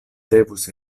devus